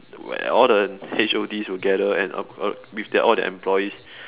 where all the H_O_Ds will gather and uh with their all their employees